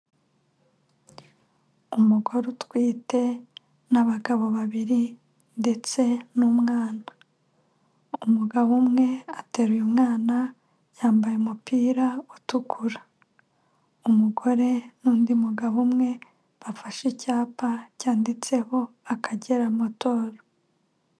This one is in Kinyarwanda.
Umugore utwite n'abagabo babiri, ndetse n'umwana. Umugabo umwe ateruye umwana, yambaye umupira utukura. Umugore n'undi mugabo umwe, bafashe icyapa cyanditseho Akagera Motor.